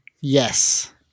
Yes